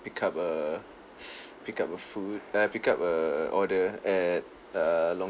pick up a pick up a food uh pick up a order at err long